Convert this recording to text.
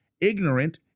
ignorant